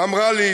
אמרה לי,